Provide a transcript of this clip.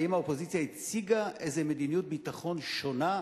האם האופוזיציה הציגה איזה מדיניות ביטחון שונה?